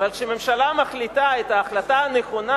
אבל כשממשלה מחליטה את ההחלטה הנכונה,